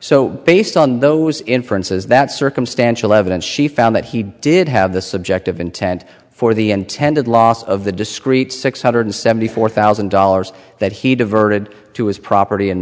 so based on those inferences that circumstantial evidence she found that he did have the subjective intent for the intended loss of the discrete six hundred seventy four thousand dollars that he diverted to his property in